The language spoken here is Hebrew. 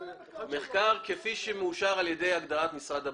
מחקר כפי שמאושר על ידי הגדרת משרד הבריאות.